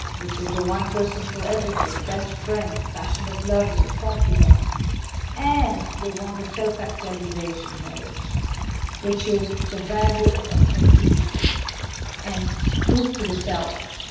which is the one person for everything, best friend passionate lover, confidant and they want the self-actualization marriage which is the value of authenticity and truth to the self.